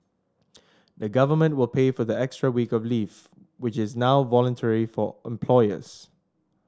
the government will pay for the extra week of leave which is now voluntary for employers